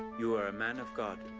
you are a man of god.